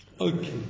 Okay